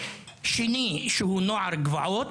שני שהוא נער גבעות,